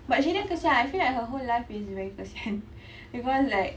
but she damn kasihan I feel like whole like is very kasihan because like